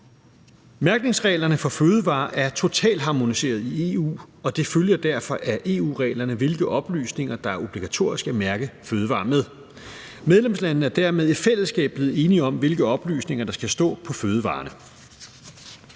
Mærkningsreglerne for fødevarer er totalharmoniseret i EU, og det følger derfor af EU-reglerne, hvilke oplysninger der er obligatoriske at mærke fødevarer med. Medlemslandene er dermed i fællesskab blevet enige om, hvilke oplysninger der skal stå på fødevarerne,